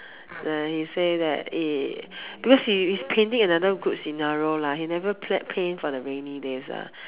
then he say that {eh] because he's painting in another good scenario lah he never paint for the rainy days lah